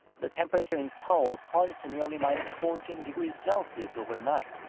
the temperature in seoul plunged to nearly minus fourteen degrees celsius overnight,